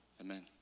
Amen